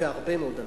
והרבה מאוד אנשים,